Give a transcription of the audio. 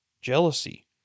jealousy